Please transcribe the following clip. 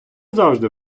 завжди